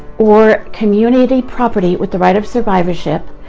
or community property with the right of survivorship,